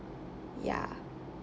ya